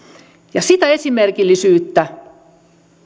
sitä esimerkillisyyttä